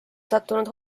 sattunud